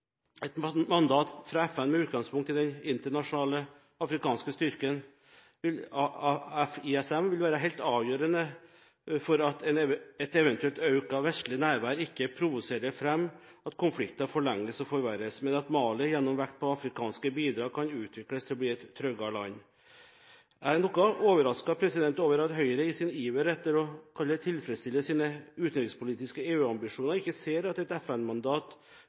Et mandat fra FN med utgangspunkt i den internasjonale afrikanske styrken AFISMA vil være helt avgjørende for at et eventuelt økt vestlig nærvær ikke provoserer fram at konflikten forlenges og forverres, men at Mali gjennom vekt på afrikanske bidrag kan utvikles til å bli et tryggere land. Jeg er noe overrasket over at Høyre i sin iver etter, kall det, å tilfredsstille sine utenrikspolitiske EU-ambisjoner ikke ser at et